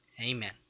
Amen